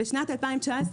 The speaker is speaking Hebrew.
בשנת 2019,